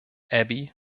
abby